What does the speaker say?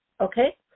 okay